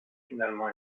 finalement